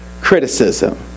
criticism